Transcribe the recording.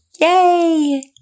yay